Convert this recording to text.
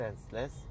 senseless